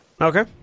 Okay